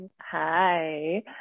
Hi